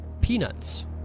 Peanuts